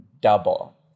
double